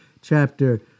chapter